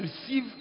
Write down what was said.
receive